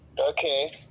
Okay